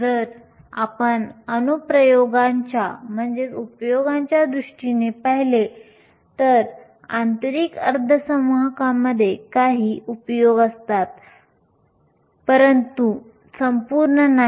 जर आपण अनुप्रयोगांच्याउपयोगाच्या दृष्टीने पाहिले तर आंतरिक अर्धवाहकांमध्ये काही अनुप्रयोगउपयोग असतात परंतु संपूर्ण नाही